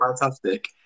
fantastic